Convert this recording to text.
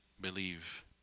believe